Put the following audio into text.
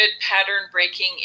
pattern-breaking